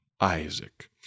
Isaac